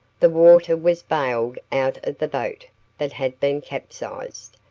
the water was baled out of the boat that had been capsized,